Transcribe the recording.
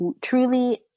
truly